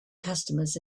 customers